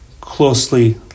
closely